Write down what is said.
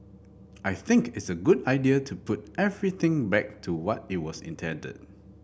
I think it's a good idea to put everything back to what it was intended